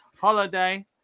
Holiday